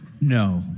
No